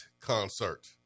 concert